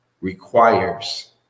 requires